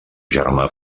germà